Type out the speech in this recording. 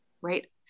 right